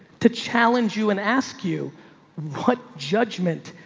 to challenge you and ask you what judgment,